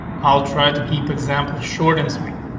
i'll try to keep example short and sweet,